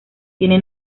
tiene